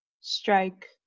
Strike